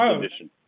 condition